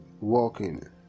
walking